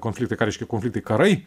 konfliktai ką reiškia konfliktai karai